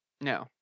No